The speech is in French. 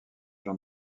jean